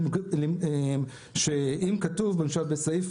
למשל בסעיף